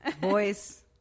boys